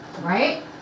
right